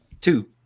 Two